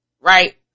right